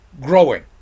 growing